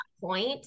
point